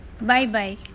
Bye-bye